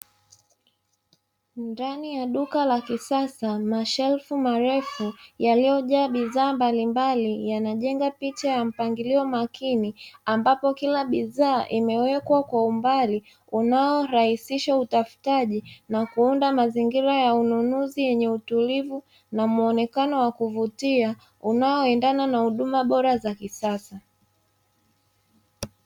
Ndani ya duka la kisasa mashelfu marefu yaliyojaa bidhaa mbalimbali yanajenga picha ya mpangilio makini ambapo kila bidhaa imewekwa kwa umbali unaorahisisha utafutaji na kuunda mazingira ya ununuzi yenye utulivu na muonekano wa kuvutia unaoendana na huduma bora za kisasa.